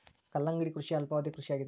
ಕಲ್ಲಂಗಡಿ ಕೃಷಿಯ ಅಲ್ಪಾವಧಿ ಕೃಷಿ ಆಗಿದೆ